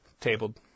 tabled